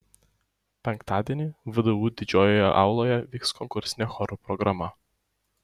penktadienį vdu didžiojoje auloje vyks konkursinė chorų programa